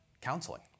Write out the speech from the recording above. counseling